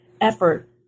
effort